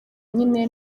nyine